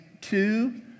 two